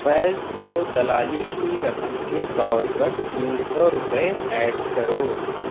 فیض کو دلالی کی رقم کے طور پر تین سو روپئے ایڈ کرو